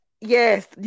Yes